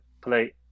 play